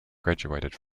graduated